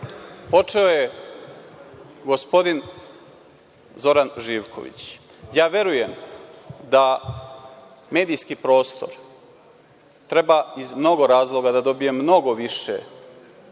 Počeo je gospodin Zoran Živković. Verujem da medijski prostor treba iz mnogo razloga da dobije mnogo više